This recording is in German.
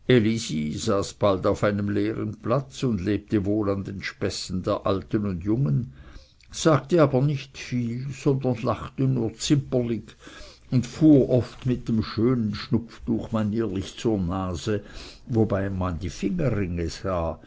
bald auf einem leeren platz und lebte wohl an den späßen der alten und jungen sagte aber nicht viel sondern lachte nur zimperlig und fuhr oft mit dem schönen schnupftuch manierlich zur nase wobei man die fingerringe